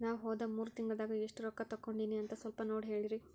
ನಾ ಹೋದ ಮೂರು ತಿಂಗಳದಾಗ ಎಷ್ಟು ರೊಕ್ಕಾ ತಕ್ಕೊಂಡೇನಿ ಅಂತ ಸಲ್ಪ ನೋಡ ಹೇಳ್ರಿ